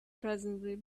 presently